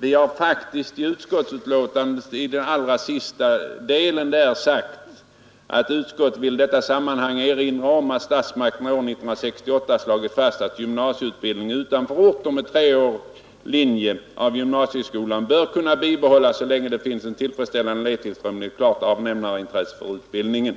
Vi har faktiskt i den allra sista delen av utskottsbetänkandet sagt: ”Utskottet vill i detta sammanhang erinra om att statsmakterna år 1968 slagit fast att gymnasial utbildning utanför orter med treårig linje av gymnaiseskolan bör kunna bibehållas så länge det finns en tillfredsställande elevtillströmning och ett klart avnämarintresse för utbildningen”.